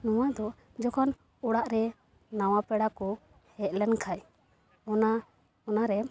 ᱱᱚᱣᱟ ᱫᱚ ᱡᱚᱠᱷᱚᱱ ᱚᱲᱟᱜ ᱨᱮ ᱱᱟᱣᱟ ᱯᱮᱲᱟ ᱠᱚ ᱦᱮᱡ ᱞᱮᱱ ᱠᱷᱟᱡ ᱚᱱᱟ ᱚᱱᱟᱨᱮ